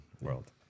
world